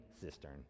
cistern